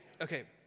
Okay